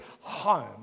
home